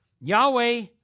Yahweh